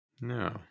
No